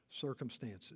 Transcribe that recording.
circumstances